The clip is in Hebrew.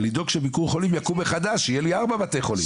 לדאוג ש"ביקור חולים" יקום מחדש כדי שיהיו לנו ארבעה בתי חולים.